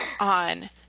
on